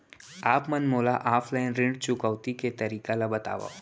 आप मन मोला ऑफलाइन ऋण चुकौती के तरीका ल बतावव?